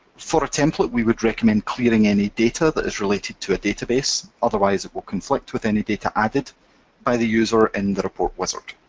for a template we would recommend clearing any data that is related to a database, otherwise it will conflict with any data added by the user in the report wizard.